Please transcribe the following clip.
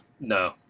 No